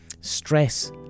stress